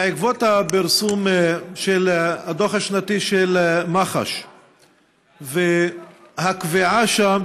לגבי הפרסום של הדוח השנתי של מח"ש והקביעה שם